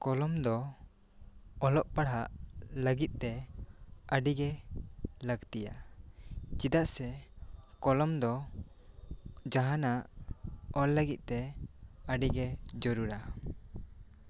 ᱠᱚᱞᱚᱢ ᱫᱚ ᱚᱞᱚᱜ ᱯᱟᱲᱦᱟᱜ ᱞᱟᱹᱜᱤᱫ ᱛᱮ ᱟᱹᱰᱤ ᱜᱤ ᱞᱟᱹᱠᱛᱤᱭᱟ ᱪᱮᱫᱟᱜᱥᱮ ᱠᱚᱞᱚᱢ ᱫᱚ ᱡᱟᱦᱟᱱᱟᱜ ᱚᱞ ᱞᱟᱹᱜᱤᱫ ᱛᱮ ᱟᱹᱰᱤ ᱜᱮ ᱡᱟᱹᱨᱩᱲᱟ